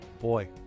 boy